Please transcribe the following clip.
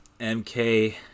mk